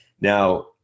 Now